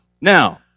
Now